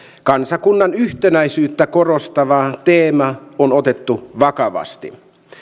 kansakunnan yhtenäisyyttä korostava teema on otettu vakavasti